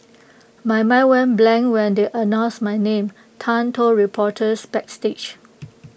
my mind went blank when they announced my name Tan told reporters backstage